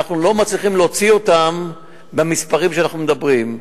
אנחנו לא מצליחים להוציא אותם במספרים שאנחנו מדברים,